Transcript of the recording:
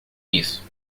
isso